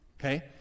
Okay